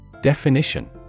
Definition